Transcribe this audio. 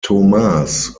tomás